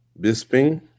Bisping